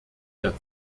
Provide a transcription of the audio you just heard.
der